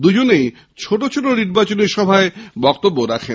দু জনেই ছোটো ছোটো নির্বাচনী সভায় বক্তব্য রাখেন